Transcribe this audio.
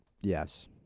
Yes